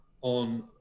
on